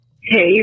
Hey